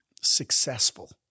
successful